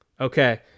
Okay